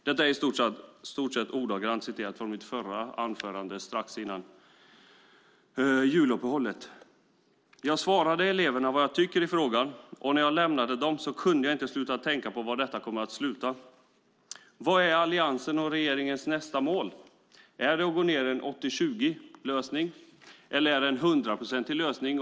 Detta sade jag i stort sett ordagrant i det anförande jag höll strax före juluppehållet. Jag svarade eleverna vad jag tycker i frågan. När jag lämnade dem kunde jag inte sluta tänka på var det kommer att sluta. Vad är Alliansens och regeringens nästa mål? Är det att gå ned till en 80-20-lösning eller är det en 100-procentig lösning?